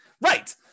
Right